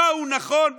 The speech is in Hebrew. מהו נכון,